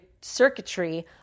circuitry